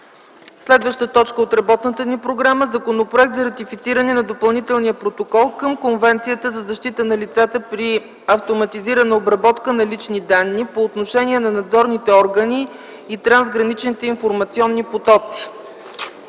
Няма. Подлагам на първо гласуване Законопроект за ратифициране на Допълнителния протокол към Конвенцията за защита на лицата при автоматизирана обработка на лични данни, по отношение на надзорните органи и трансграничните информационни потоци,